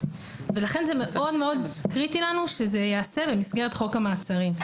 לכן זה מאוד קריטי לנו שזה ייעשה במסגרת חוק המעצרים.